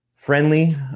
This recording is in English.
friendly